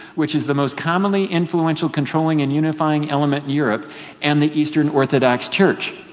which is the most commonly influential controlling and unifying element europe and the eastern orthodox church.